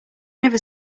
never